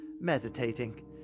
meditating